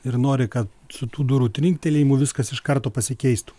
ir nori kad su tų durų trinktelėjimu viskas iš karto pasikeistų